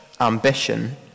ambition